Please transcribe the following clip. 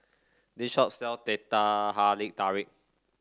this shop sells Teh Halia Tarik